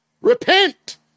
Repent